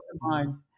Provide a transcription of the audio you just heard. mind